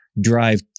drive